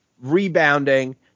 rebounding